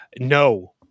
No